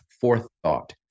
forethought